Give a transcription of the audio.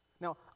Now